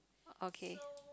okay